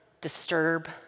disturb